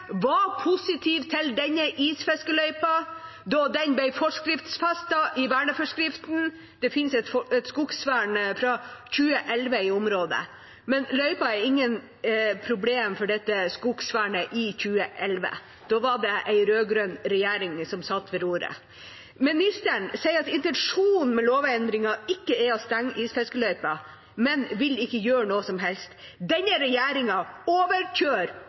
var positive til denne isfiskeløypa da den ble forskriftsfestet i verneforskriften. Det finnes et skogvern fra 2011 i området, men løypa var ikke et problem for dette skogvernet i 2011. Da var det en rød-grønn regjering som satt ved roret. Ministeren sier at intensjonen med lovendringen ikke er å stenge isfiskeløypa, men vil ikke gjøre noe som helst. Denne